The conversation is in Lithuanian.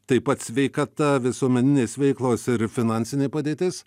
taip pat sveikata visuomeninės veiklos ir finansinė padėtis